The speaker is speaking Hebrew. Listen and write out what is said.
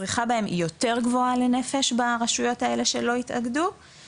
הצריכה בהם יותר גבוהה לנפש ברשויות האלה שלא התאגדו.